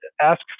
ask